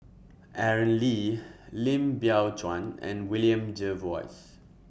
Aaron Lee Lim Biow Chuan and William Jervois